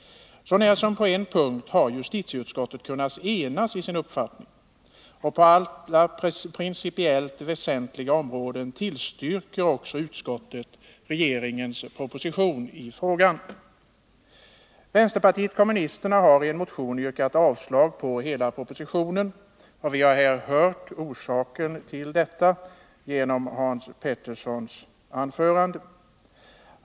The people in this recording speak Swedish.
Så när som på en punkt har justitieutskottet också kunnat enas i sin uppfattning, och på alla principiellt väsentliga områden tillstyrker utskottet regeringens proposition i frågan. Vänsterpartiet kommunisterna har emellertid i en motion yrkat avslag på hela propositionen. Vi har här hört Hans Petersson i Hallstahammar redogöra för orsaken härtill.